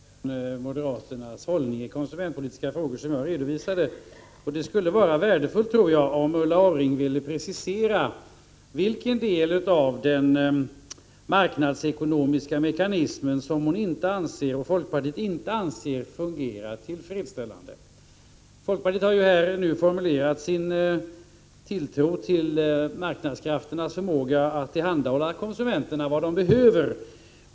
Herr talman! Jag kan inte underlåta att peka på de skillnader mellan folkpartiets och moderaternas hållning i konsumentpolitiska frågor som jag redovisade. Det skulle vara värdefullt om Ulla Orring ville precisera vilken del av den marknadsekonomiska mekanismen som hon och folkpartiet inte anser fungera tillfredsställande. Folkpartiet har ju formulerat sin tilltro till marknadskrafternas förmåga att tillhandahålla konsumenterna vad de behöver.